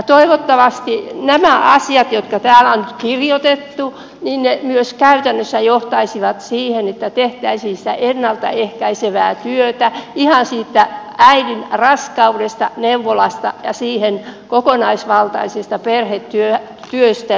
toivottavasti nämä asiat jotka tänne on nyt kirjoitettu myös käytännössä johtaisivat siihen että tehtäisiin sitä ennalta ehkäisevää työtä ihan siitä äidin raskaudesta ja neuvolasta siihen kokonaisvaltaiseen perhetyöhön